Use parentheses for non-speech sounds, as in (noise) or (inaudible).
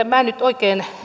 (unintelligible) minä en nyt oikein